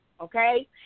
okay